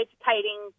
educating